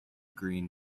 green